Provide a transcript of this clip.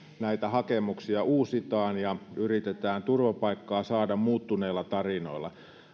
näitä hakemuksia uusitaan ja yritetään turvapaikkaa saada muuttuneilla tarinoilla